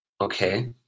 Okay